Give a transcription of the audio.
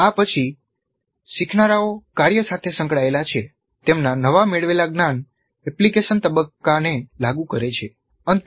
આ પછી શીખનારાઓ કાર્ય સાથે સંકળાયેલા છે તેમના નવા મેળવેલા જ્ઞાન એપ્લિકેશન તબક્કાને લાગુ કરે છે